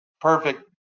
perfect